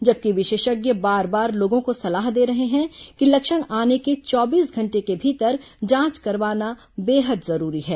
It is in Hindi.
जबकि विशेषज्ञ बार बार लोगों को सलाह दे रहे हैं कि लक्षण आने के चौबीस घंटे के भीतर जांच कराना बेहद जरूरी है